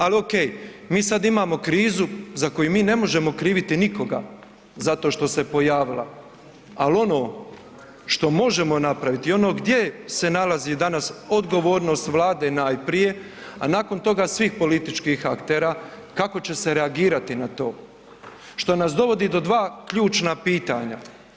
Ali ok, mi sada imamo krizu za koju mi ne možemo kriviti nikoga zato što se pojavila, ali ono što možemo napraviti i ono gdje se nalazi danas odgovornost Vlade najprije, a nakon toga svih političkih aktera kako će se reagirati na to, što nas dovodi do dva ključna pitanja.